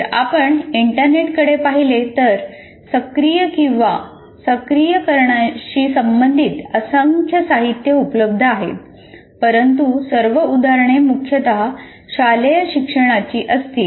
जर आपण इंटरनेटकडे पाहिले तर सक्रिय किंवा सक्रिय करण्याशी संबंधित असंख्य साहित्य उपलब्ध आहे परंतु सर्व उदाहरणे मुख्यतः शालेय शिक्षणाची असतील